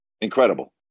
Incredible